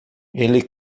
ele